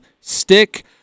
stick